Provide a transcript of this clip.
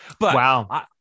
Wow